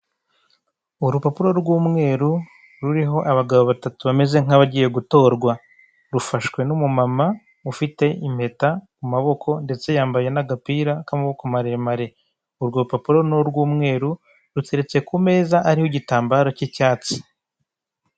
Urupapuro r'wumweru ruriho abagabo batatu bameze nk'abagiye gutorwa. Rufashwe n'umumama ufite impeta ku maboko, ndeste yambaye n'agapira k'amaboko maremare. Urwo rupapuro ni urw'umweru, ruteretse mu meza ariho igitambaro cy'icyatsi.